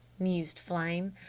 mused flame.